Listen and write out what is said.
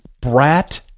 brat